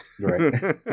Right